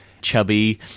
chubby